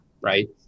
right